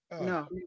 No